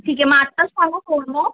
ठीक आहे मग आत्ताच सांगू फोनवर